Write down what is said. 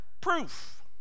proof